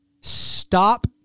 Stop